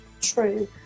True